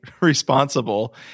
responsible